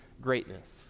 greatness